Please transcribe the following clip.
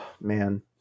Man